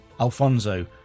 Alfonso